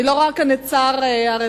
אני לא רואה פה את שר הרווחה.